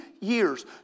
years